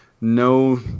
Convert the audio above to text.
no